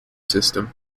system